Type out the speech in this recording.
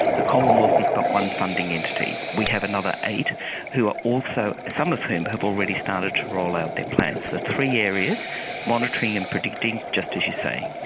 the commonwealth is but one funding entity. we have another eight who are also, some of whom have already started to roll out their plans. so, three areas monitoring and predicting, just as you say.